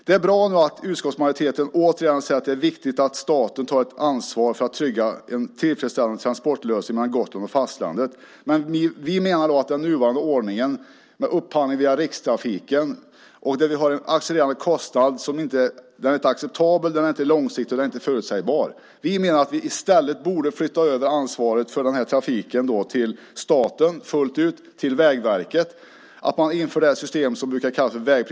Det är bra att utskottsmajoriteten återigen säger att det är viktigt att staten tar ansvar för att trygga en tillfredsställande lösning för transport mellan Gotland och fastlandet. Men vi menar att den nuvarande ordningen med upphandling via Rikstrafiken ger en accelererande kostnad som inte är vare sig acceptabel, långsiktig eller förutsägbar. Vi menar att vi i stället borde flytta över ansvaret för trafiken till staten och Vägverket fullt ut och införa det system som Vägpris.nu föreslagit.